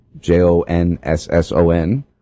J-O-N-S-S-O-N